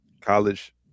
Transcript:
college